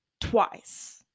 Twice